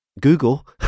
google